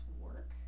work